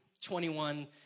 21